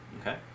Okay